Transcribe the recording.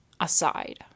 aside